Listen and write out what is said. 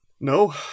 No